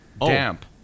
damp